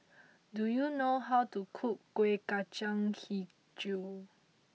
do you know how to cook Kueh Kacang HiJau